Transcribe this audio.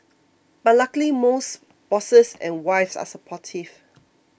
but luckily most bosses and wives are supportive